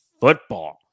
football